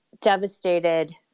devastated